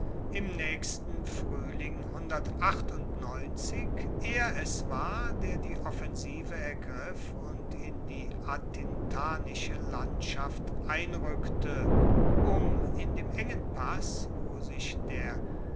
im naechsten fruehling er es war der die offensive ergriff und in die atintanische landschaft einrueckte um in dem engen pass wo sich der